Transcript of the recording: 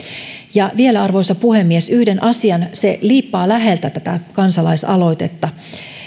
vielä arvoisa puhemies yksi asia se liippaa läheltä tätä kansalaisaloitetta